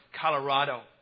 Colorado